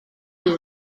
hun